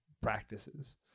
practices